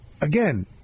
again